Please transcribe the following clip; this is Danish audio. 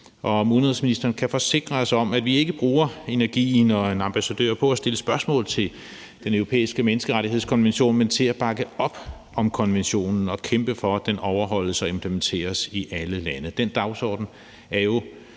om udenrigsministeren kan forsikre os om, at vi ikke bruger energien og en ambassadør på at sætte spørgsmålstegn ved Den Europæiske Menneskerettighedskonvention, men til at bakke op om konventionen og kæmpe for, at den overholdes og implementeres i alle lande, og den dagsorden er jo